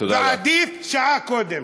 ועדיף שעה קודם.